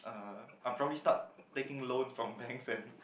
uh I'll probably start taking loans from banks and